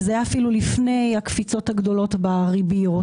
וזה היה אפילו לפני הקפיצות הגדולות בריביות.